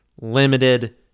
limited